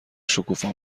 شکوفا